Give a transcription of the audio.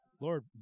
Lord